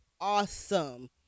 awesome